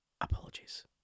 apologies